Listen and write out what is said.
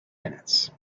minutes